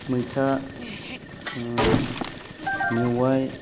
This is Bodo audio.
मैथा मेवाइ